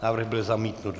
Návrh byl zamítnut.